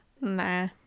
Nah